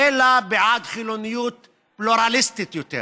אלא בעד חילוניות פלורליסטית יותר,